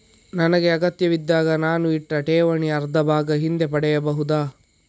ನನಗೆ ಅಗತ್ಯವಿದ್ದಾಗ ನಾನು ಇಟ್ಟ ಠೇವಣಿಯ ಅರ್ಧಭಾಗ ಹಿಂದೆ ಪಡೆಯಬಹುದಾ?